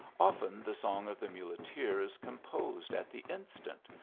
often the song of the muleteer is composed at the instant,